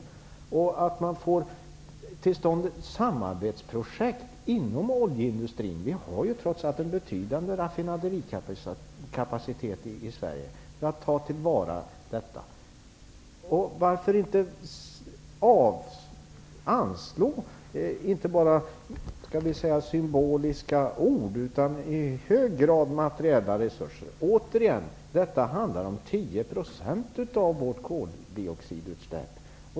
Man skulle också kunna få till stånd ett samarbetsprojekt inom oljeindustrin för ett tillvaratagande. Sverige har ju trots allt en betydande raffinaderikapacitet. Varför kan man inte i hög grad anslå materiella resurser i stället för att bara komma med symboliska ord? Återigen vill jag påpeka att det handlar om 10 % av våra koldioxidutsläpp.